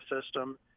system